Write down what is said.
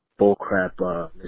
bullcrap